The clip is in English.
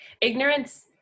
ignorance